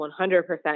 100%